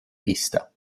pista